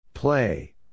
Play